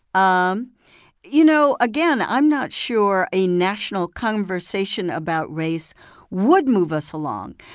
um you know, again, i'm not sure a national conversation about race would move us along.